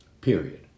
Period